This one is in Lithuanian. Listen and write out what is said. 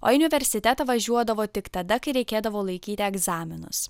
o į universitetą važiuodavo tik tada kai reikėdavo laikyti egzaminus